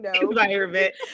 environment